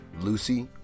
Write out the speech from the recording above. Lucy